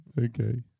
Okay